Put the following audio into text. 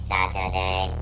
Saturday